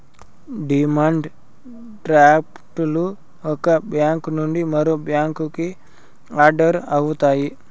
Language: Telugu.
డిమాండ్ డ్రాఫ్ట్ లు ఒక బ్యాంక్ నుండి మరో బ్యాంకుకి ఆర్డర్ అవుతాయి